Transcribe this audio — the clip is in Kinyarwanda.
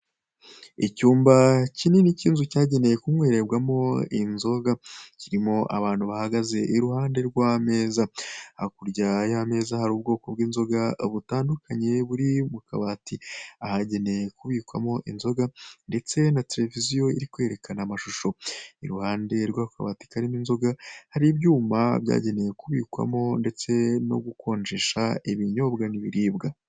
Icyumba kinini cy'inzu cyagenewe kunywererwamo inzoga kirimo abantu bahagaze iruhande rw'ameza hakurya y'ameza hari ubwoko bw'inzoga butandukanye buri mukabati ahagenewe kubikwamo inzoga ndetse na tereviziyo iri kwerekana amashusho iruhande rwako kabati karimo inzoga hari ibyuma byagenewe kubikwamo ndetse no gukonjesha ibinyobwa n'ibiribwa.